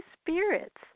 spirits